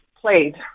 played